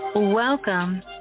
Welcome